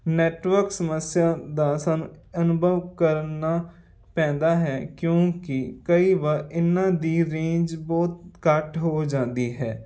network ਸਮੱਸਿਆ ਦਾ ਸਾਨੂੰ ਅਨੁਭਵ ਕਰਨਾ ਪੈਂਦਾ ਹੈ ਕਿਉਂਕਿ ਕਈ ਵਾਰ ਇਹਨਾਂ ਦੀ ਰੇਂਜ ਬਹੁਤ ਘੱਟ ਹੋ ਜਾਂਦੀ ਹੈ